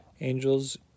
Angels